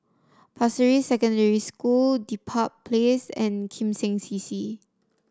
Pasir Ris Secondary School Dedap Place and Kim Seng C C